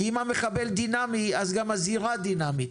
כי אם המחבל דינאמי, אז גם הזירה דינאמית.